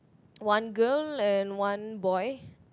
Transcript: one girl and one boy